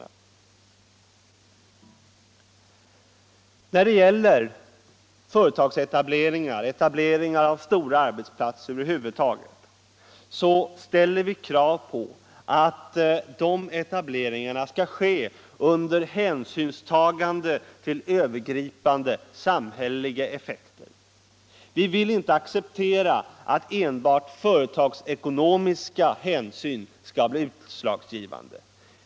SJ och posttermi När det gäller företagsetableringar, etablering av stora arbetsplatser över — naler till Västerjär huvud taget, ställer vi krav på att sådana etableringar skall ske under va hänsynstagande till övergripande samhälleliga effekter. Vi vill inte acceptera att enbart företagsekonomiska hänsyn skall bli utslagsgivande.